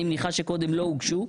אני מניחה שקודם לא הוגשו,